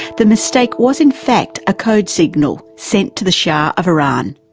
the mistake was in fact a code signal sent to the shah of iran,